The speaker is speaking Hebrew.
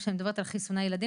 כשאני מדברת על חיסוני הילדים,